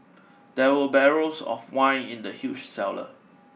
there were barrels of wine in the huge cellar